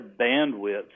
bandwidth